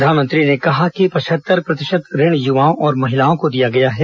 प्रधानमंत्री ने कहा कि पचहत्तर प्रतिशत ऋण युवाओं और महिलाओं को दिया गया है